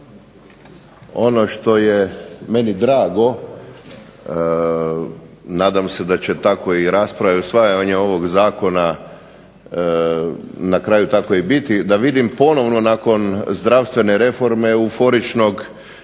ono što je meni drago nadam se da će tako i rasprave, usvajanje ovog zakona na kraju tako i biti da vidim ponovno nakon zdravstvene reforme euforičnog